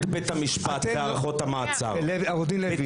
עו"ד לוי,